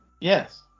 Yes